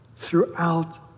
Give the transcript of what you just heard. Throughout